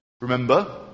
Remember